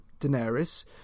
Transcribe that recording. Daenerys